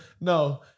No